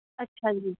ਅੱਛਾ ਜੀ